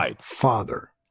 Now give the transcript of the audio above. father